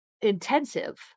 intensive